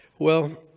well,